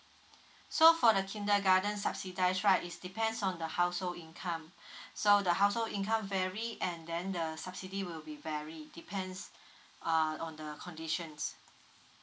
so for the kindergarten subsidise right is depends on the household income so the household income vary and then the subsidy will be varied depends uh on the conditions